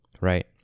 right